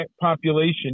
population